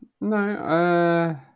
no